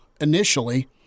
initially